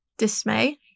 dismay